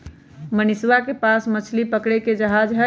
मनीषवा के पास मछली पकड़े के जहाज हई